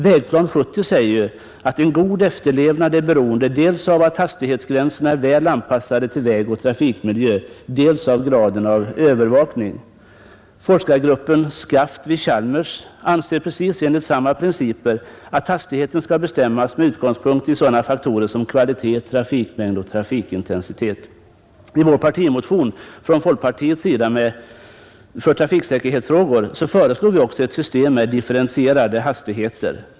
Vägplan 70 säger att en god efterlevnad är beroende dels av att hastighetsgränserna är väl anpassade till vägen och trafikmiljön, dels av graden av övervakning. Trafikforskargruppen SCAFT vid Chalmers anser enligt samma princi per att hastigheten skall bestämmas med utgångspunkt i sådana faktorer som kvalitet, trafikmängd och trafikintensitet. Vi föreslår också i folkpartiets partimotion om trafiksäkerhetsfrågor ett system med differentierade hastigheter.